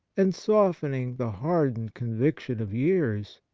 and softening the hardened con viction of years,